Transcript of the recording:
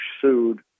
sued